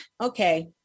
okay